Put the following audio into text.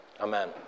Amen